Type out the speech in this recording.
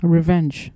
Revenge